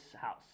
house